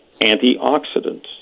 Antioxidants